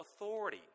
authority